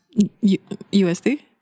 USD